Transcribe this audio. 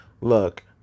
look